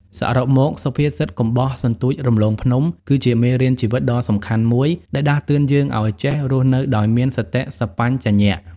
សរុបមកសុភាសិត កុំបោះសន្ទូចរំលងភ្នំ គឺជាមេរៀនជីវិតដ៏សំខាន់មួយដែលដាស់តឿនយើងឲ្យចេះរស់នៅដោយមានសតិសម្បជញ្ញៈ។